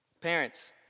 Parents